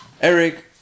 Eric